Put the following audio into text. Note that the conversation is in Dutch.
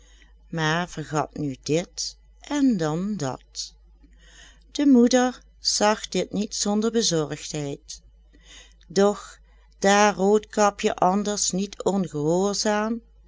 maar vergat nu dit en dan dat de moeder zag dit niet zonder bezorgdheid doch daar roodkapje anders niet ongehoorzaam